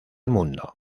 mundo